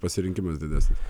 pasirinkimas didesnis